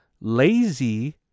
lazy